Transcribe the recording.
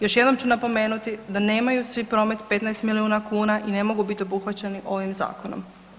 Još jednom ću napomenuti da nemaju svi promet 15 milijuna kuna i ne mogu biti obuhvaćeni ovim zakonom.